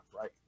right